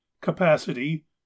Capacity